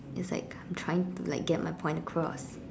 it's like I am trying to like get my point across